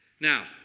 Now